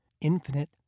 infinite